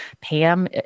Pam